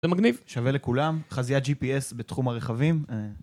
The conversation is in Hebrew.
זה מגניב, שווה לכולם, חזיית GPS בתחום הרכבים.